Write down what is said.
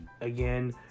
again